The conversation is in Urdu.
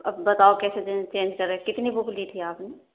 اب بتاؤ کیسے چینج کریں کتنی بک لی تھی آپ نے